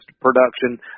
production